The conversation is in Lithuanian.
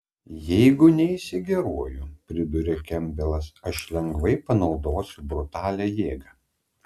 jei neisi geruoju priduria kempbelas aš lengvai panaudosiu brutalią jėgą